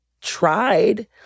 tried